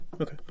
okay